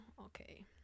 Okay